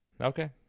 Okay